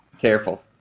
Careful